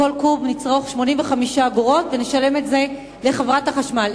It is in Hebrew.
לכל קוב נצרוך 85 אגורות ונשלם את זה לחברת החשמל.